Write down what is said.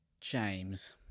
James